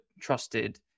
trusted